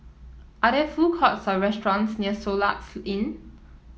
are there food courts or restaurants near Soluxe Inn